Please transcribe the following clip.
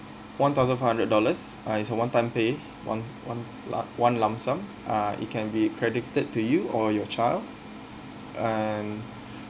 one thousand five hundred dollars uh it's a one time pay one one l~ lump sum uh it can be credited to you or your child and